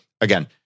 again